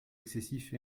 excessif